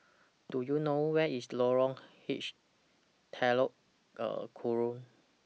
Do YOU know Where IS Lorong H Telok Kurau